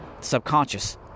Subconscious